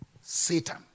Satan